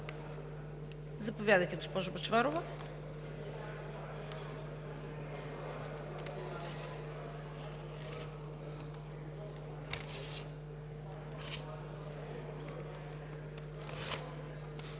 Заповядайте, госпожо Бъчварова.